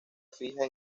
fija